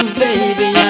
baby